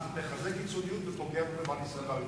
מחזק קיצוניות ופוגע במדינת ישראל.